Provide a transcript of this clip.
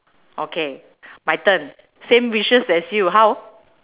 okay my turn same wishes as you how